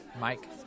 Mike